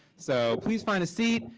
so, please find a seat.